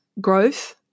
growth